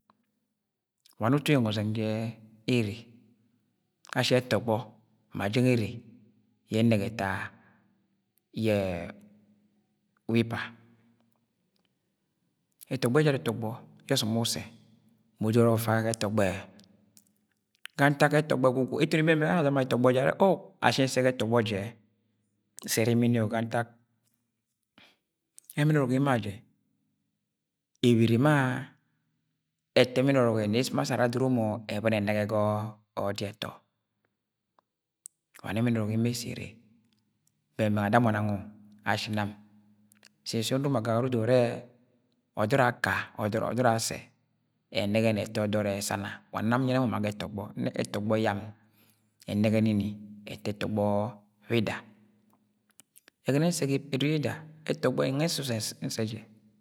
. wa ne utu eyeng ọzẹng je ere ashi ẹtọgbọ ma jẹng ere yẹ ẹnẹgẹ ẹta ye wi ipa ọtọgbọ ẹjara ẹtogbọ yẹ ọsǫm usse mu udoro ọrọk ufe ga ẹtǫgbọẹ ga ntak ẹtọgbọ ẹgwugwu eto ni bẹng–bẹng ba anọng ada ma ga ėtọgbọ jẹ are oh ashi nsẹ ga ẹtọgbọ je sẹ erimi ni––o ga ntak ẹmẹn ọrọk ẹmo ajẹ ebere ma ẹtọ ẹmẹn ọrọk ẹ nẹ emo assẹ ara adoro mọ ẹbọni ẹnẹgẹ ga ọdi ẹttọ wa nẹ ẹmẹn ọrọk emo ẹssẹ ere bẹng–bẹng ada mọ nang o ashi nam sins ye onurom agagara udod ure,"ọdọd asẹ ẹnẹgẹ ni eta ọdọd ẹ sana" wa nam nyẹnẹ mọ ma ga ẹtọgbọ nnẹ ẹtọgbọ yam ẹnẹgẹ nini ẹta ẹtọgbọ bida ẹgọnọ yẹ nsẹ ga ẹdudu yida ẹtọgbọ nwẹ nsẹ jẹ